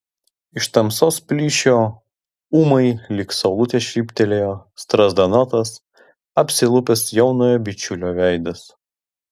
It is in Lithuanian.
iš tamsos plyšio ūmai lyg saulutė švystelėjo strazdanotas apsilupęs jaunojo bičiulio veidas